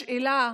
השאלה,